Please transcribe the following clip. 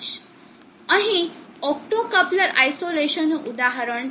અહીં ઓપ્ટોકપ્લર આઇસોલેશનનું ઉદાહરણ છે